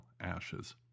ashes